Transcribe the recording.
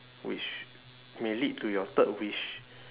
which may lead to your third wish